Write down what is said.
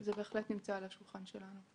זה בהחלט נמצא על השולחן שלנו.